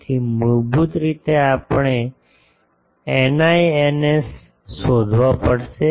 તેથી મૂળભૂત રીતે આપણે ηi ηs શોધવા પડશે